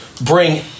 bring